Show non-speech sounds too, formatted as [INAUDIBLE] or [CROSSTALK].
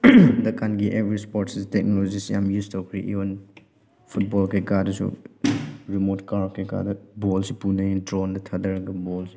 [UNINTELLIGIBLE] ꯇꯀꯥꯟꯒꯤ every sport ꯇꯦꯛꯅꯣꯂꯣꯖꯤꯁꯦ ꯌꯥꯝ ꯌꯨꯁ ꯇꯧꯈ꯭ꯔꯦ [UNINTELLIGIBLE] ꯐꯨꯠꯕꯣꯜ ꯀꯩꯀꯥꯗꯁꯨ ꯔꯤꯃꯣꯠ ꯀꯥꯔ ꯀꯩꯀꯥꯗ ꯕꯣꯜꯁꯤ ꯄꯨꯅꯩ ꯗ꯭ꯔꯣꯟꯗ ꯊꯥꯗꯔꯒ ꯕꯣꯜꯁꯦ